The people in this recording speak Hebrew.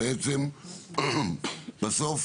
בעצם בסוף,